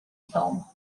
film